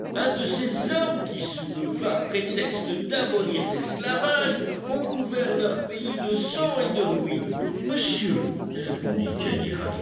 un de ces hommes qui sous le vain prétexte d'abolir l'esclavage ont couvert leur pays de sang et de ruines monsieur répondit jenny